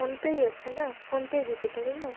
ফোনপেই আছে না ফোনপেই দিতে পারি না